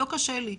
לא קשה לי.